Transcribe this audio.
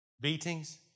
Beatings